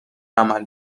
عمل